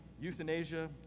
euthanasia